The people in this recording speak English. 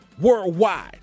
worldwide